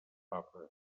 papa